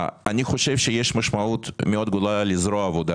לדעתי, יש משמעות מאוד גדולה לזרוע העבודה